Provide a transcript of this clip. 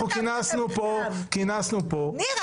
אנחנו כינסנו פה --- ניר,